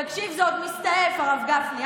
תקשיב, זה עוד מסתעף, הרב גפני.